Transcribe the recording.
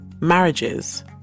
marriages